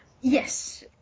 Yes